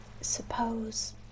suppose